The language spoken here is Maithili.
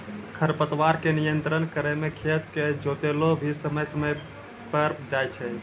खरपतवार के नियंत्रण करै मे खेत के जोतैलो भी समय समय पर जाय छै